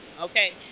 Okay